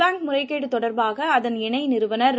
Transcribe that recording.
bank முறைகேடுதொடர்பாகஅதன் இணைநிறுவனர் S